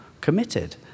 committed